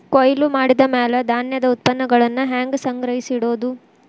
ಕೊಯ್ಲು ಮಾಡಿದ ಮ್ಯಾಲೆ ಧಾನ್ಯದ ಉತ್ಪನ್ನಗಳನ್ನ ಹ್ಯಾಂಗ್ ಸಂಗ್ರಹಿಸಿಡೋದು?